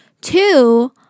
two